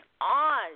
on